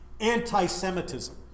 Anti-Semitism